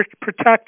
protect